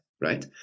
right